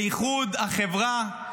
לאיחוד החברה,